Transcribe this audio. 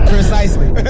Precisely